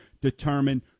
determine